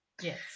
Yes